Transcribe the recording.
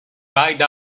ride